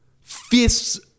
fists